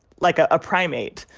like, a ah primate.